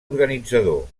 organitzador